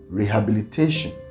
rehabilitation